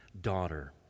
daughter